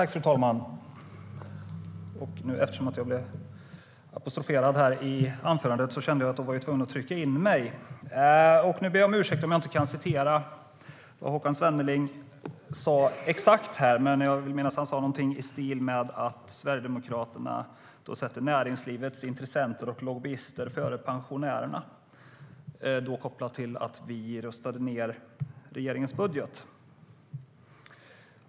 Fru talman! Eftersom jag blev apostroferad i anförandet kände jag att jag var tvungen att begära replik. Nu ber jag om ursäkt om jag inte kan citera exakt vad Håkan Svenneling sa, men jag vill minnas att han sa någonting i stil med att Sverigedemokraterna sätter näringslivets intressenter och lobbyister före pensionärerna, då kopplat till att vi röstade ned regeringens budget.